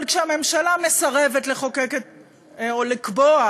אבל כשהממשלה מסרבת לחוקק או לקבוע,